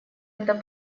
это